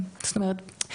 זאת אומרת,